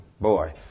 boy